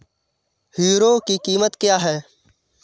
Hero की कीमत क्या है?